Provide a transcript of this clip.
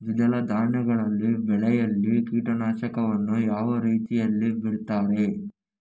ದ್ವಿದಳ ಧಾನ್ಯಗಳ ಬೆಳೆಯಲ್ಲಿ ಕೀಟನಾಶಕವನ್ನು ಯಾವ ರೀತಿಯಲ್ಲಿ ಬಿಡ್ತಾರೆ?